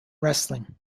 wrestling